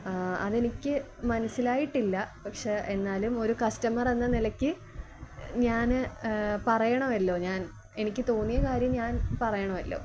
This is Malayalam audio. അതെനിക്ക് മനസ്സിലായിട്ടില്ല പക്ഷേ എന്നാലും ഒരു കസ്റ്റമർ എന്ന നിലയ്ക്ക് ഞാന് പറയണമല്ലോ ഞാൻ എനിക്ക് തോന്നിയ കാര്യം ഞാൻ പറയണമല്ലോ